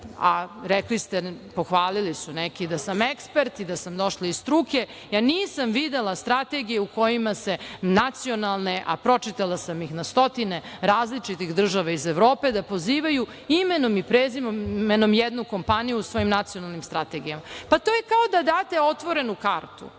a rekli ste, pohvalili su neki da sam ekspert i da sam došla iz struke, ja nisam videla nacionalnu strategiju u kojoj, a pročitala sam na stotine različitih, država iz Evrope gde pozivaju imenom i prezimenom jednu kompaniju u svojim nacionalnim strategijama. To je kao da date otvorenu kartu